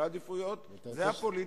סדר עדיפויות זה פוליטיקה,